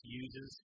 uses